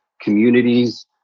communities